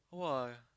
!wah!